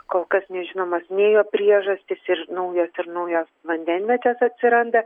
kol kas nežinomos nei jo priežastys ir naujos ir naujos vandenvietės atsiranda